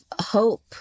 Hope